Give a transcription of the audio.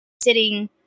sitting